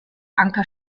anker